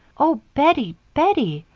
oh, bettie! bettie!